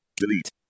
delete